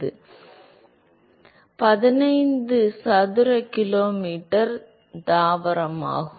து 15 சதுர கிலோமீட்டர் தாவரமாகும்